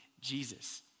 Jesus